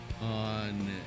on